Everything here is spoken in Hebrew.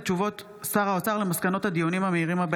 הודעות שר האוצר על מסקנות כדלקמן: